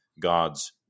god's